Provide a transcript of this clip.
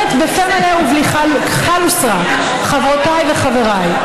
אז אני אומרת בפה מלא ובלי כחל וסרק: חברותיי וחבריי,